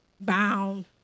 bound